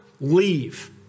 leave